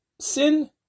sin